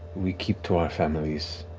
we keep to our families.